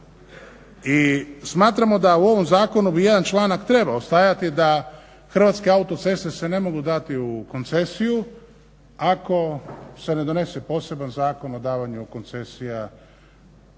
I smatramo da bi u ovom zakonu jedan članak trebao stajati da Hrvatske autoceste se ne mogu dati u koncesiju ako se ne donese poseban zakon o davanje Hrvatskih